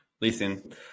listen